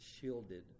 shielded